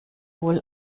wohl